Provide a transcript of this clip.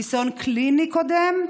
ניסיון קליני קודם.